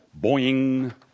boing